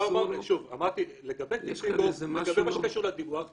פה זו רק הבהרה שאומרת שכשאתה ממלא את חובתך בלדווח למשטרה,